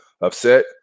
upset